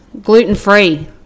gluten-free